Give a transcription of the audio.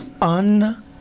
un